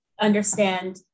understand